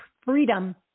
Freedom